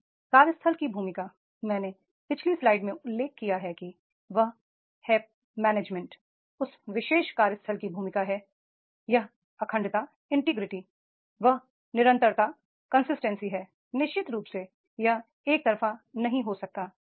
अब कार्यस्थल की भूमिका मैंने पिछली स्लाइड में उल्लेख किया है कि वह है प्रबंधन उस विशेष कार्यस्थल की भूमिका है यह इंटीग्रिटी वह कंसिस्टेंसी है निश्चित रूप से यह एकतरफा नहीं हो सकता